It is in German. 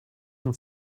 man